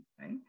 right